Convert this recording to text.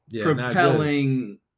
propelling